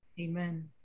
Amen